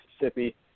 Mississippi